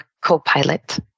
co-pilot